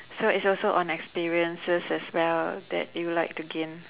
so it's also on experiences as well that you'll like to gain